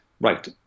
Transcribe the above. right